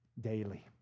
Daily